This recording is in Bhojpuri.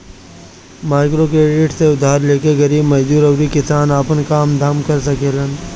माइक्रोक्रेडिट से उधार लेके गरीब मजदूर अउरी किसान आपन काम धाम कर सकेलन